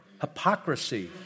hypocrisy